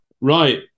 Right